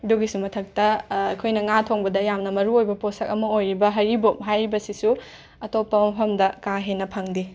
ꯑꯗꯨꯒꯤꯁꯨ ꯃꯊꯛꯇ ꯑꯈꯣꯏꯅ ꯉꯥ ꯊꯣꯡꯕꯗ ꯌꯥꯝꯅ ꯃꯔꯨ ꯑꯣꯏꯕ ꯄꯣꯠꯁꯛ ꯑꯃ ꯑꯣꯏꯔꯤꯕ ꯍꯩꯔꯤꯕꯣꯞ ꯍꯥꯏꯔꯤꯕꯁꯤꯁꯨ ꯑꯇꯣꯞꯄ ꯃꯐꯝꯗ ꯀꯥ ꯍꯦꯟꯅ ꯐꯪꯗꯦ